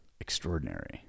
extraordinary